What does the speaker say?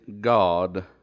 God